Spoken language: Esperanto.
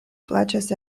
plaĉas